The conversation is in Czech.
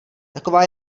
taková